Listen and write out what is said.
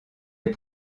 est